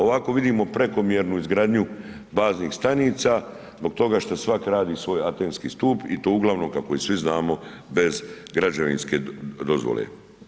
Ovako vidimo prekomjernu izgradnju baznih stanica zbog toga što svatko radi svoj atenski stup i to uglavnom kako i svi znamo bez građevinske dozvole.